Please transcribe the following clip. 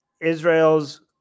Israel's